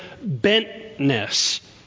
bentness